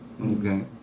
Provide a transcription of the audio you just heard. okay